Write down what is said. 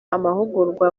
amahugurwa